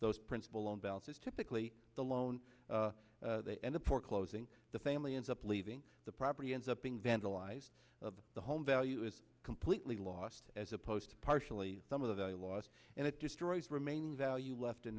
those principal loan balances typically the loan and the poor closing the family ends up leaving the property ends up being vandalized of the home value is completely lost as opposed to partially some of the loss and it destroys remaining value left in